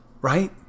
right